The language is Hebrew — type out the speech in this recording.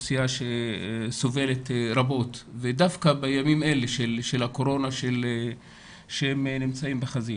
אוכלוסייה שסובלת רבות ודווקא בימים אלה של הקורונה שהם נמצאים בחזית.